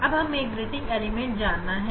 अब हमें grating element जानना है